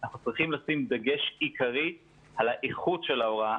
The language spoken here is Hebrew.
אנחנו צריכים לשים דגש עיקרי על האיכות של ההוראה